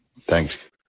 Thanks